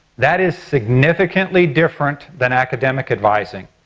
that is significantly different than academic advising.